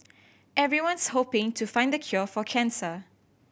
everyone's hoping to find the cure for cancer